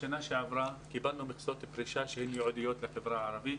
בשנה שעברה קיבלנו מכסות פרישה שהן ייעודיות לחברה הערבית.